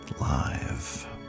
live